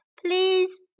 Please